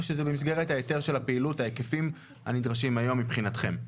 או שזה במסגרת ההיתר של הפעילות ההיקפים הנדרשים היום מבחינתכם?